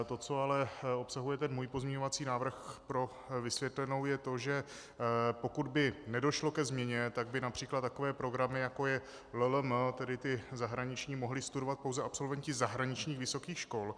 To, co ale obsahuje můj pozměňovací návrh, pro vysvětlenou je to, že pokud by nedošlo ke změně, tak by např. takové programy, jako je LLM, tedy ty zahraniční, mohli studovat pouze absolventi zahraničních vysokých škol.